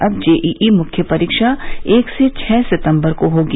अब जेईई मुख्य परीक्षा एक से छह सितम्बर को होगी